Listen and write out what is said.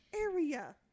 area